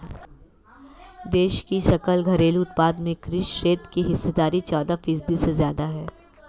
देश की सकल घरेलू उत्पाद में कृषि क्षेत्र की हिस्सेदारी चौदह फीसदी से ज्यादा है